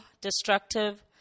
destructive